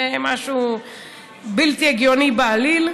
זה משהו בלתי הגיוני בעליל.